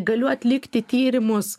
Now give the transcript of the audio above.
galiu atlikti tyrimus